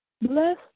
Bless